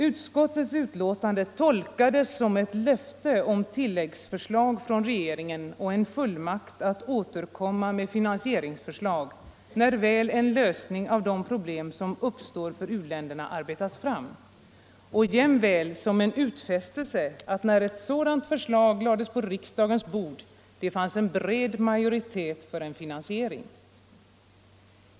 Utskottets betänkande tolkades som ett löfte om tilläggsförslag från regeringen och en fullmakt att återkomma med finansieringsförslag när väl en lösning av de problem som uppstår för u-länderna arbetats fram, och jämväl som en utfästelse att när ett sådant förslag lades på riksdagens bord det fanns en bred majoritet för en finansiering.